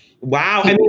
Wow